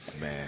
Man